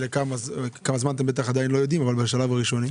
וכמה זמן אתם בטח לא יודעים אבל בשלב הראשוני?